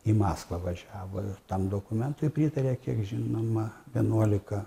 į maskvą važiavo ir tam dokumentui pritarė kiek žinoma vienuolika